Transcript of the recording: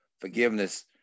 forgiveness